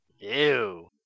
ew